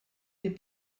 des